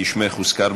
כי שמך הוזכר.